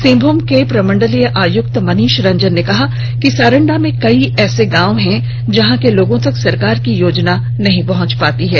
सिंहभूम के प्रमंडलीय आयुक्त मनीष रंजन ने कहा कि सारंडा र्मे कई ऐसे गांव हैं जहां के लोगों तक सरकार की योजना नहीं पहुंच पाती है